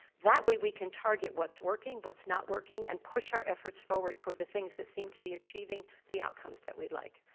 that way we can target what's working, what's not working, and push our efforts forward toward the things that seem to be achieving the outcomes that we'd we'd like.